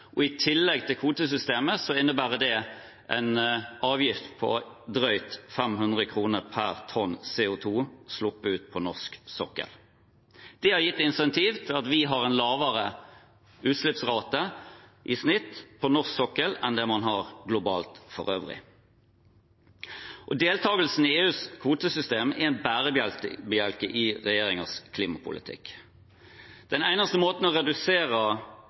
og i tillegg til kvotesystemet innebærer det en avgift på drøyt 500 kr per tonn CO 2 sluppet ut på norsk sokkel. Det har gitt incentiv til at vi har en lavere utslippsrate i snitt på norsk sokkel enn det man har globalt for øvrig. Deltakelsen i EUs kvotesystem er en bærebjelke i regjeringens klimapolitikk. Den eneste måten å redusere